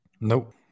Nope